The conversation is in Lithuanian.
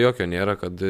jokio nėra kad